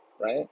Right